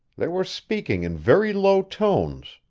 they were speaking in very low tones.